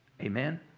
Amen